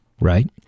Right